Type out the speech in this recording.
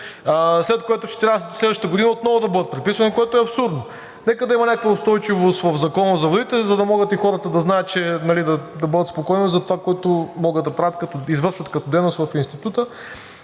след което ще трябва следващата година отново да бъдат преписвани, което е абсурдно. Нека да има някаква устойчивост в Закона за водите, за да може и хората да знаят, да бъдат спокойни за това, което могат да извършват като дейност в Института,